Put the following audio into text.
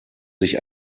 sich